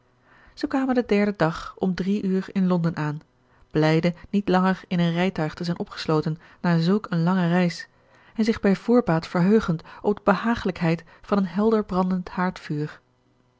zij kwamen den derden dag om drie uur in londen aan blijde niet langer in een rijtuig te zijn opgesloten na zulk een lange reis en zich bij voorbaat verheugend op de behagelijkheid van een helder brandend haardvuur